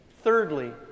Thirdly